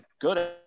good